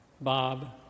Bob